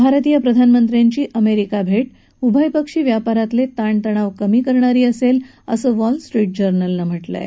भारतीय प्रधानमंत्र्यांची अमेरिका भेट उभयपक्षी व्यापारातले ताण तणाव कमी करणारी असेल असं वॉलस्ट्रीट जर्नलनं म्हटलं आहे